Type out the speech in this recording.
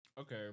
Okay